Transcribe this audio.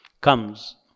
comes